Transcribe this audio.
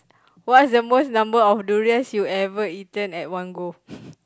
what's the most number of durians you ever eaten at one go